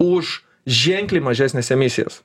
už ženkliai mažesnes emisijas